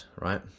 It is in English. right